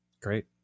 Great